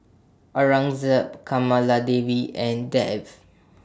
Aurangzeb Kamaladevi and Dev